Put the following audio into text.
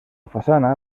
façana